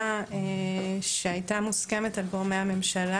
הצעת החוק שלי ושל עידית סילמן: מגבלות על חזרתו של עבריין מין לסביבה.